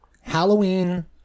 Halloween